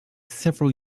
several